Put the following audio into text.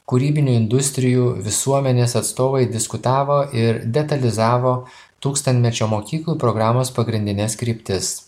kūrybinių industrijų visuomenės atstovai diskutavo ir detalizavo tūkstantmečio mokyklų programos pagrindines kryptis